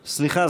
סליחה,